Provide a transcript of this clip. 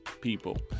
people